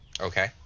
okay